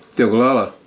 the oglala.